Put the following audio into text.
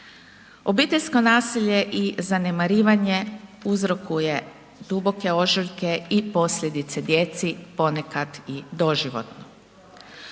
Obiteljsko nasilje i zanemarivanje uzrokuje duboke ožiljke i posljedice djeci ponekad i doživotno.